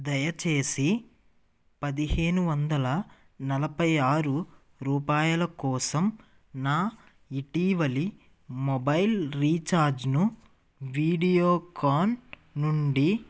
దయచేసి పదిహేను వందల నలభై ఆరు రూపాయల కోసం నా ఇటీవలి మొబైల్ రీఛార్జ్ను వీడియోకాన్ నుండి